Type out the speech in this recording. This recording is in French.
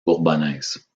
bourbonnaise